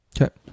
Okay